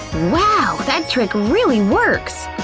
wow! that trick really works!